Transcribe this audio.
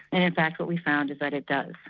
and in fact what we found is that it does.